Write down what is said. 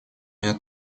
меня